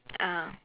ah